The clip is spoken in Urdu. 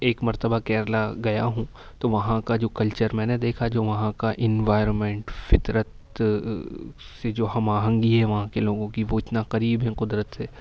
ایک مرتبہ کیرلا گیا ہوں تو وہاں کا جو کلچر میں نے دیکھا جو وہاں کا انوائرمنٹ فطرت سے جو ہم آہنگی وہاں کے لوگوں کی وہ اتنا قریب ہیں قدرت سے